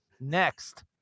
Next